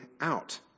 out